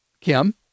Kim